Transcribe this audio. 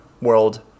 world